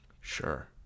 Sure